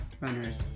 runners